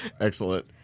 Excellent